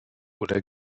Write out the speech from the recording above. oder